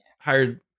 hired